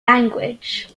language